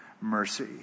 mercy